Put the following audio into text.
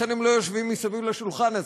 לכן הם לא יושבים מסביב לשולחן הזה.